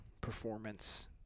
performance